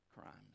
crimes